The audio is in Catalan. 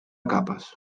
capes